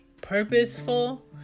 purposeful